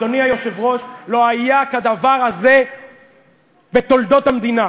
אדוני היושב-ראש, לא היה כדבר הזה בתולדות המדינה.